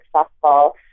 successful